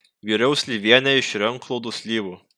viriau slyvienę iš renklodų slyvų